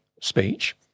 speech